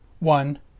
One